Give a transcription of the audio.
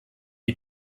die